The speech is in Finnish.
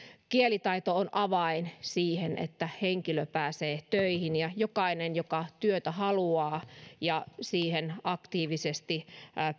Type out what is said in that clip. kielitaito on avain siihen että henkilö pääsee töihin jokainen joka työtä haluaa ja siihen aktiivisesti